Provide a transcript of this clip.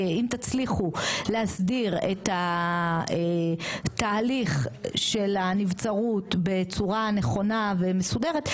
אם תצליחו להסדיר את התהליך של הנצברות בצורה נכונה ומסודרת,